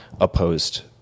opposed